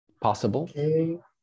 possible